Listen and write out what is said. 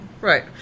Right